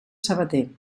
sabater